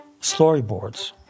storyboards